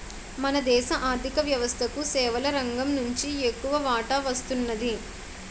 మన దేశ ఆర్ధిక వ్యవస్థకు సేవల రంగం నుంచి ఎక్కువ వాటా వస్తున్నది